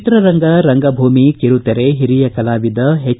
ಚಿತ್ರರಂಗ ರಂಗಭೂಮಿ ಕಿರುತೆರೆ ಹಿರಿಯ ಕಲಾವಿದ ಎಚ್